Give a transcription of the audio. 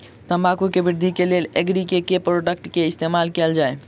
तम्बाकू केँ वृद्धि केँ लेल एग्री केँ के प्रोडक्ट केँ इस्तेमाल कैल जाय?